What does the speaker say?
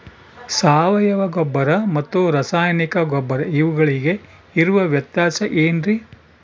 ಸಾವಯವ ಗೊಬ್ಬರ ಮತ್ತು ರಾಸಾಯನಿಕ ಗೊಬ್ಬರ ಇವುಗಳಿಗೆ ಇರುವ ವ್ಯತ್ಯಾಸ ಏನ್ರಿ?